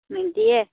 নিদিয়ে